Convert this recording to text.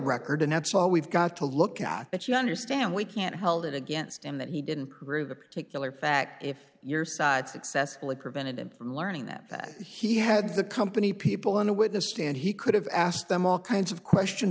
record and that's all we've got to look at that you understand we can't hold it against him that he didn't prove the particular fact if your side successfully prevented him from learning that he had the company people on the witness stand he could have asked them all kinds of questions